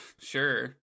sure